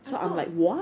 I thought